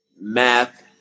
math